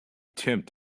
tempt